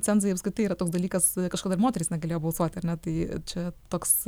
cenzai apskritai yra toks dalykas kažkada ir moterys negalėjo balsuoti ar ne tai čia toks